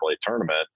tournament